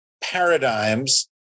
paradigms